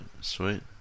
sweet